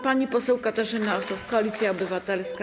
Pani poseł Katarzyna Osos, Koalicja Obywatelska.